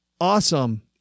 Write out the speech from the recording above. awesome